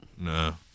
No